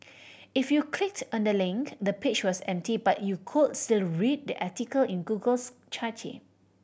if you clicked on the link the page was empty but you could still read the article in Google's cache